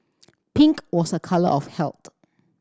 pink was a colour of health